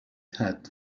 had